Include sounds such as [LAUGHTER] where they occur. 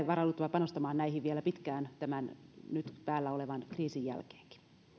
[UNINTELLIGIBLE] varauduttava panostamaan vielä pitkään tämän nyt päällä olevan kriisin jälkeenkin